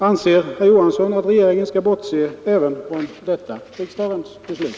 Anser herr Johansson att regeringen skall bortse även från detta riksdagens beslut?